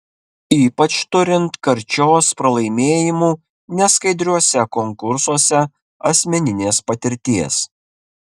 ypač turint karčios pralaimėjimų neskaidriuose konkursuose asmeninės patirties